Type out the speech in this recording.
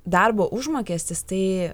darbo užmokestis tai